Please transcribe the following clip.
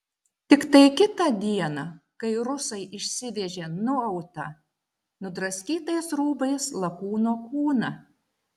tiktai kitą dieną kai rusai išsivežė nuautą nudraskytais rūbais lakūno kūną